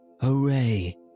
hooray